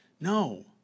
No